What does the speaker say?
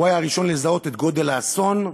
הוא היה הראשון לזהות את גודל האסון,